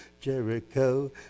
Jericho